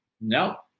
No